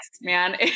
man